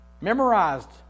memorized